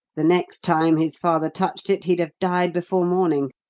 the next time his father touched it he'd have died before morning.